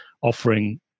offering